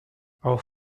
auch